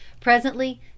Presently